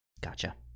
Gotcha